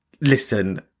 Listen